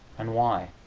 and why?